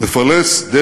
ואכן, כך הוא פעל.